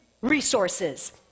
resources